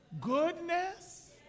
Goodness